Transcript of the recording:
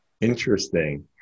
interesting